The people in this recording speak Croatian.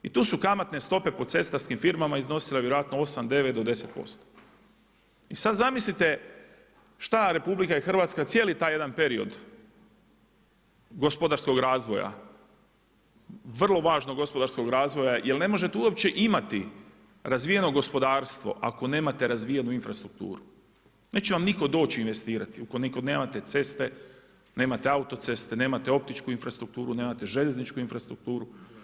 I tu su kamatne stope po cestarskim firmama iznosile vjerojatno 8, 9 do 10%. i sad zamislite šta RH je cijeli jedan taj period gospodarskog razvoja, vrlo važnog gospodarskog razvoja jer ne možete uopće imati razvijeno gospodarstvo ako nemate razvijenu infrastrukturu, neće vam nitko doći investirati ukoliko nemate ceste, nemate autoceste, nemate optičku infrastrukturu, nemate željezničku infrastrukturu.